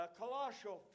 colossal